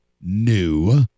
new